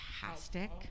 fantastic